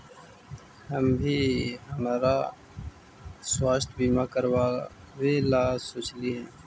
हम भी हमरा स्वास्थ्य बीमा करावे ला सोचली हल